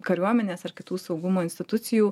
kariuomenės ar kitų saugumo institucijų